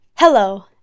Hello